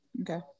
Okay